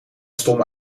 stomme